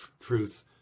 truth